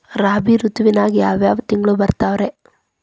ರಾಬಿ ಋತುವಿನಾಗ ಯಾವ್ ಯಾವ್ ತಿಂಗಳು ಬರ್ತಾವ್ ರೇ?